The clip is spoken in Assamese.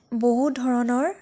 বহু ধৰণৰ